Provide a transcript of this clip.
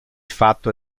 fatto